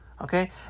Okay